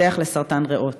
שהתפתח לסרטן ריאות.